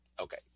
Okay